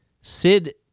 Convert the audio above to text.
Sid